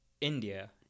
india